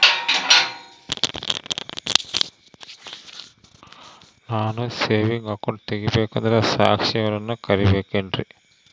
ನಾನು saving account ತೆಗಿಬೇಕಂದರ ಸಾಕ್ಷಿಯವರನ್ನು ಕರಿಬೇಕಿನ್ರಿ?